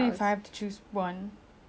ya so money or house